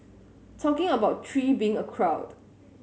talking about three being a crowd